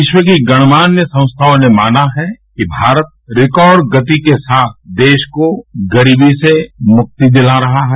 विश्व की गणमान्य संस्थाओं ने माना है कि भारत रिकॉर्ड गति के साथ देश को गरीबी से मुक्ति दिला रहा है